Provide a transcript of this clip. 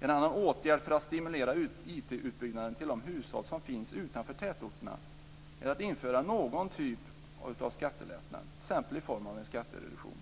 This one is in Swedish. En annan åtgärd för att stimulera IT-utbyggnaden till de hushåll som finns utanför tätorterna är att införa någon typ av skattelättnad, t.ex. i form av en skattereduktion.